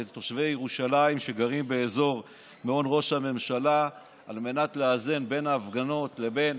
ירושלים שגרים באזור מעון ראש הממשלה על מנת לאזן בין ההפגנות לבין